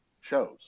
shows